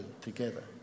together